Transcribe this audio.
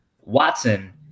Watson